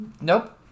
Nope